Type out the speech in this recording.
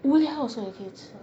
无聊 also 也可以吃